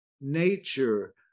nature